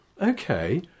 okay